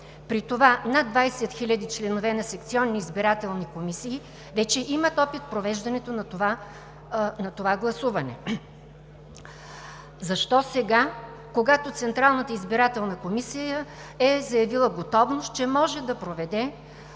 при това над 20 хиляди члена на секционни избирателни комисии вече имат опит в провеждането на това гласуване? Защо сега, когато Централната избирателна комисия е заявила готовност, че може да проведе